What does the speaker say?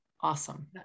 Awesome